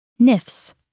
nifs